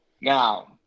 now